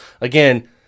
again